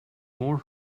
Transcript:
more